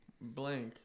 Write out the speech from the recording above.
Blank